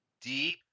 deep